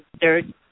third